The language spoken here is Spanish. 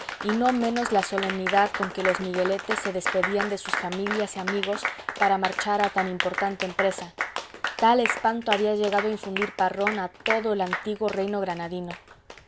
y no menos la solemnidad con que los migueletes se despedían de sus familias y amigos para marchar a tan importante empresa tal espanto había llegado a infundir parrón a todo el antiguo reino granadino